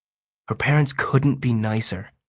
her parents couldn't be nicer.